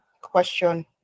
question